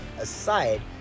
aside